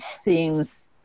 seems